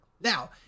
Now